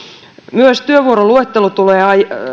myös työvuoroluettelo tulee